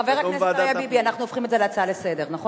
לדיון בוועדת הפנים.